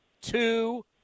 two